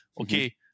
okay